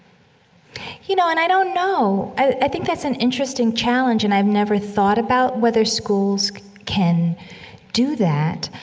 you know, and i don't know. i i think that's an interesting challenge, and i've never thought about whether schools can do that.